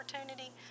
opportunity